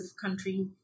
country